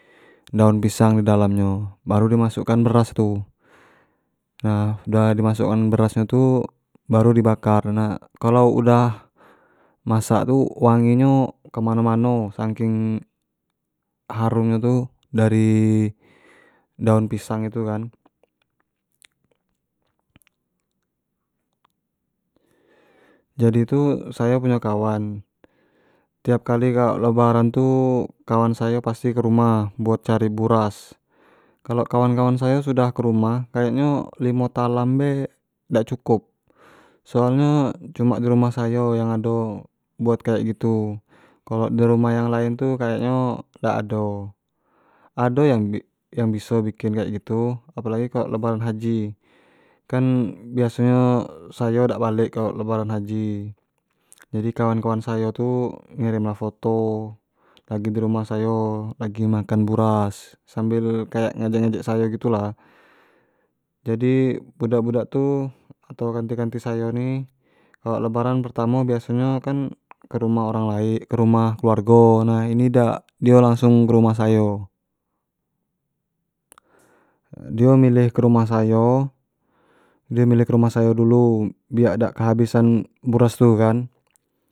daun pisang di dalam nyo baru di masuk an beras tu, nah sudah di masuk an beras nyo tu, baru di bakar nah kalo udah masak tu wangi nyo kemano-mano, sangking harum nyo tu dari daun pisang tu kan jadi tu sayo punyo kawan tiap kali kalo lebaran tu kawan sayo pasti ke rumah buat cari buras, kalo kawan kawan sayo sudah ke rumah, kayak nyo limo talam be dak cukup soalnyo cuma di rumah sayo be yang ado buat kayak gitu, kalo di rumah yang lain tu kayak nyo dak ado, ado yang bi- yang biso bikin kayak gitu apo lagi kalo lebaran haji kan biaso nyo sayo dak balek kalo lebaran haji jadi kawan kawan sayo tu kirim lah foto lagi di rumah sayo lagi makan buras sambal ngejek-ejek sayo gitu lah, jadi Budak budak tu atau kanti kanti sayo ni kalo lebaran pertamo biaso nyak kerumah oran lain kerumah keluargo nah dak, dio langsung ke rumah sayo dio milih ke rumah sayo, dio milih ke rumah sayo dulu, biak dak kehabisan buras tu kan.